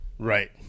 Right